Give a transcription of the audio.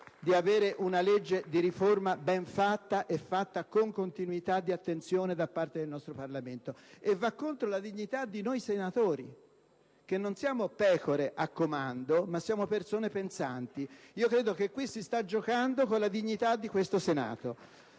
ad avere una legge di riforma ben fatta ed esaminata con continuità di attenzione dal Parlamento. Va contro la dignità di noi senatori, che non siamo pecore a comando, ma persone pensanti. Io credo che qui si stia giocando con la dignità di questo Senato!